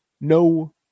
no